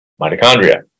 mitochondria